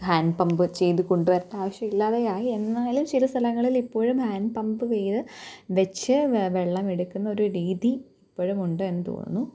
Han pump ചെയ്ത് കൊണ്ടുവരേണ്ട ആവശ്യമില്ലാതെയായി എന്നാലും ചില സ്ഥലങ്ങളില് ഇപ്പോഴും ഹാൻ പമ്പ് വെയ്ത് വച്ച് വ വെള്ളം എടുക്കുന്ന ഒരു രീതി ഇപ്പോഴും ഉണ്ട് എന്ന് തോന്നുന്നു